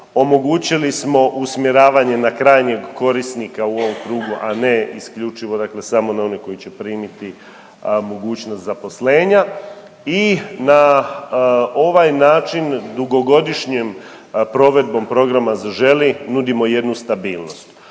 omogućili smo usmjeravanje na krajnjeg korisnika u ovom krugu, a ne isključivo dakle samo na one koji će primiti mogućnost zaposlenja i na ovaj način dugogodišnjom provedbom programa Zaželi nudimo i jednu stabilnost.